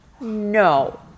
no